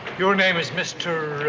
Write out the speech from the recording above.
your name is mr.